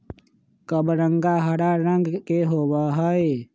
कबरंगा हरा रंग के होबा हई